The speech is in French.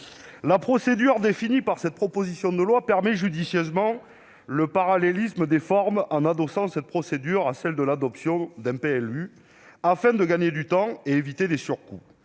La procédure définie par le texte permet judicieusement le parallélisme des formes en adossant cette procédure à celle de l'adoption d'un PLU, afin de gagner du temps et d'éviter des surcoûts.